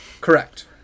Correct